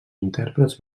intèrprets